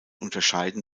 unterscheiden